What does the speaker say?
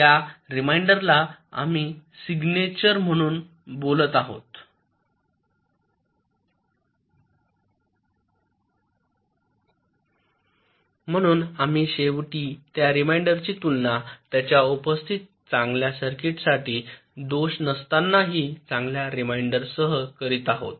त्या रिमाइंडर ला आम्ही सिग्नेचर म्हणून बोलत आहोत म्हणून आम्ही शेवटी त्या रिमांडरची तुलना त्याच्या उपस्थितीत चांगल्या सर्किटसाठी दोष नसतानाही चांगल्या रिमाइंडर सह करीत आहोत